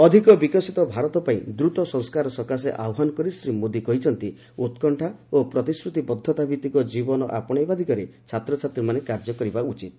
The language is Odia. ଅଧିକ ବିକଶିତ ଭାରତ ପାଇଁ ଦ୍ରତ ସଂସ୍କାର ସକାଶେ ଆହ୍ପାନ କରି ଶ୍ରୀ ମୋଦୀ କହିଛନ୍ତି ଉତ୍କଣ୍ଠା ଓ ପ୍ରତିଶ୍ରତିବଦ୍ଧତା ଭିତ୍ତିକ ଜୀବନ ଆପଣେଇବା ଦିଗରେ ଛାତ୍ରଛାତ୍ରୀମାନେ କାର୍ଯ୍ୟକରିବା ଉଚିତ୍